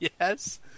yes